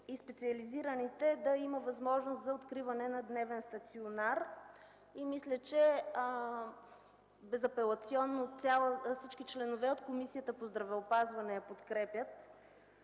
в специализираните болници да има възможност за откриване на дневен стационар. Мисля, че безапелационно всички членове от Комисията по здравеопазването я подкрепят.